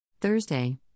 Thursday